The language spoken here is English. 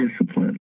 discipline